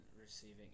receiving